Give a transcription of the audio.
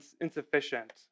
insufficient